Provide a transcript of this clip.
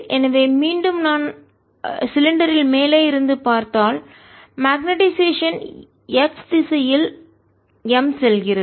எனவே மீண்டும் நான் சிலிண்டரில் மேலே இருந்து பார்த்தால் மக்னெட்டைசேஷன் காந்த மயமாக்கல் x திசையில் M செல்கிறது